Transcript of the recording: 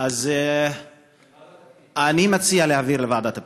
אני מציע להעביר לוועדת הפנים.